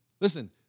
Listen